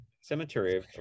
cemetery